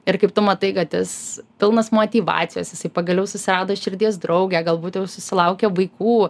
ir kaip tu matai kad jis pilnas motyvacijos jisai pagaliau susirado širdies draugę galbūt jau susilaukė vaikų